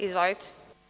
Izvolite.